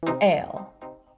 ale